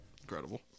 Incredible